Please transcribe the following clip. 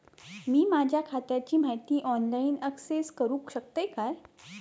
मी माझ्या खात्याची माहिती ऑनलाईन अक्सेस करूक शकतय काय?